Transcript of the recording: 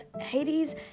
Hades